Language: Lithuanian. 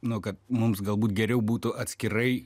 nu kad mums galbūt geriau būtų atskirai